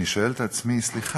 אני שואל את עצמי: סליחה,